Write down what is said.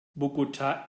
bogotá